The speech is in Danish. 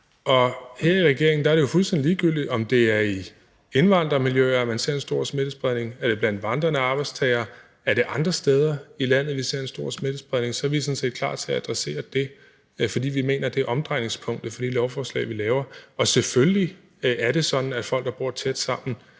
her i regeringen er det jo fuldstændig ligegyldigt, om det er i indvandrermiljøer, man ser en stor smittespredning, eller blandt vandrende arbejdstagere. Er det andre steder i landet, vi ser en stor smittespredning, er vi sådan set klar til at adressere det, fordi vi mener, det er omdrejningspunktet for det lovforslag, vi laver. Selvfølgelig er det sådan, at folk, der bor tæt sammen,